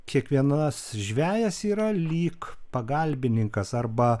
kiekvienas žvejas yra lyg pagalbininkas arba